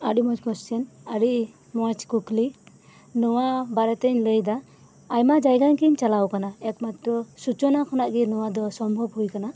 ᱟᱹᱰᱤ ᱢᱚᱪ ᱠᱚᱥᱪᱮᱱ ᱟᱹᱰᱤ ᱢᱚᱪ ᱠᱩᱠᱞᱤ ᱱᱚᱣᱟ ᱵᱟᱨᱮᱛᱮᱧ ᱞᱟᱹᱭᱫᱟ ᱟᱭᱢᱟ ᱡᱟᱭᱜᱟᱜᱤᱧ ᱪᱟᱞᱟᱣ ᱟᱠᱟᱱᱟ ᱮᱠᱢᱟᱛᱨᱚ ᱥᱩᱪᱚᱱᱟ ᱠᱷᱚᱱᱟᱜ ᱜᱤ ᱱᱚᱣᱟᱫᱚ ᱥᱚᱢᱵᱷᱚᱵ ᱦᱩᱭ ᱟᱠᱟᱱᱟ